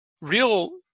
real